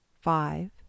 five